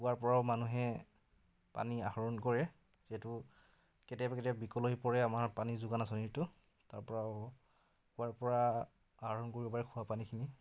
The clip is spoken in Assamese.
কুঁৱাৰ পৰাও মানুহে পানী আহৰণ কৰে যিহেতু কেতিয়াবা কেতিয়াবা বিকল হৈ পৰে আমাৰ পানী যোগান আঁচনিটো তাৰ পৰাও কুঁৱাৰ পৰা আহৰণ কৰিব পাৰে খোৱা পানীখিনি